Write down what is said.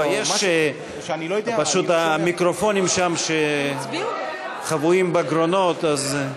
לא, פשוט המיקרופונים שם שחבויים בגרונות, אז,.